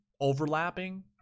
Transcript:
overlapping